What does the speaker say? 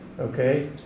okay